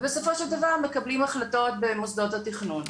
ובסופו של דבר מקבלים החלטות במוסדות התכנון.